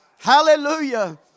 Hallelujah